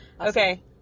Okay